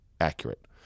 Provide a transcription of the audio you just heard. accurate